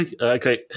Okay